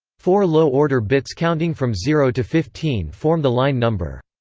four low-order bits counting from zero to fifteen form the line number.